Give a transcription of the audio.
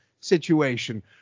situation